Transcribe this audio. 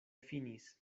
finis